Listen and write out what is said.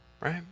right